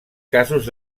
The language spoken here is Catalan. casos